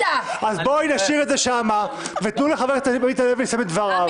אז בואי נשאיר את זה שם ותנו לחבר הכנסת עמית הלוי לסיים את דבריו.